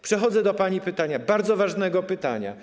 Przechodzę do pani pytania, bardzo ważnego pytania.